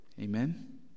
Amen